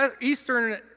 eastern